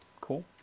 Cool